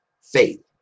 faith